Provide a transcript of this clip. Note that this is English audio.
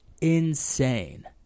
Insane